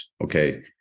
okay